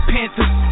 Panthers